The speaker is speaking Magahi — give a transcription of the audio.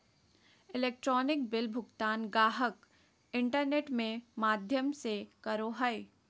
इलेक्ट्रॉनिक बिल भुगतान गाहक इंटरनेट में माध्यम से करो हइ